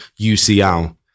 UCL